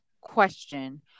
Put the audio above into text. question